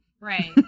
Right